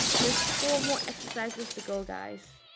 just four more exercises to go guys